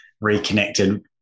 reconnected